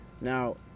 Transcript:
now